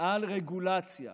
על רגולציה